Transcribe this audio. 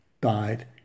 died